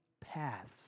paths